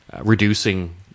reducing